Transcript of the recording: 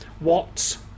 Watts